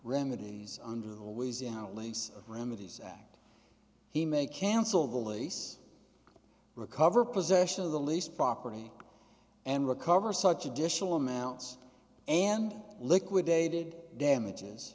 remedies under the always in our lease remedies act he may cancel the lease recover possession of the lease property and recover such additional amounts and liquidated damages